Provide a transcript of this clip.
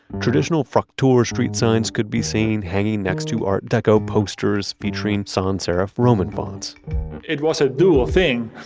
traditional fraktur street signs could be seen hanging next to art deco posters featuring sans serif roman fonts it was a dual thing.